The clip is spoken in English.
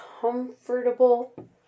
comfortable